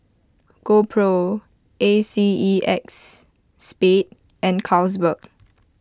GoPro A C E X Spade and Carlsberg